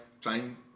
trying